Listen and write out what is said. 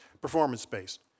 performance-based